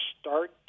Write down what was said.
start